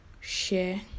share